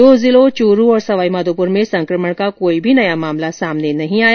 दो जिलों चूरू और सवाई माधोपुर में संकमण का कोई भी नया मामला सामने नहीं आया